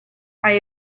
hay